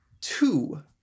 two